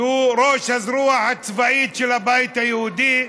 שהוא ראש הזרוע הצבאית של הבית היהודי,